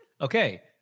okay